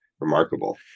remarkable